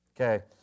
okay